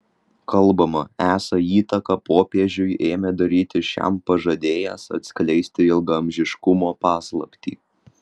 kalbama esą įtaką popiežiui ėmė daryti šiam pažadėjęs atskleisti ilgaamžiškumo paslaptį